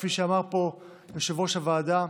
כפי שאמר פה יושב-ראש הוועדה,